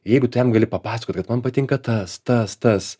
jeigu tu jam gali papasakot kad man patinka tas tas tas